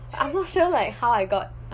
I'm not sure like how I got